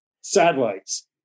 satellites